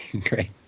Great